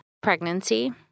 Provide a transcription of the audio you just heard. pregnancy